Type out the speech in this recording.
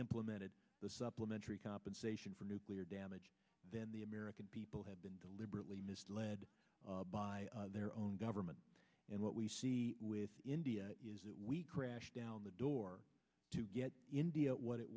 implemented the supplementary compensation for nuclear damage then the american people have been deliberately misled by their own government and what we see with india is that we crashed down the door to get india what it